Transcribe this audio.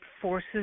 forces